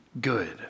good